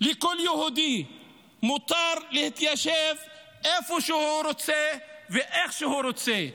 לכל יהודי מותר להתיישב איפה שהוא רוצה ואיך שהוא רוצה?